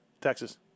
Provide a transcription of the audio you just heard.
Texas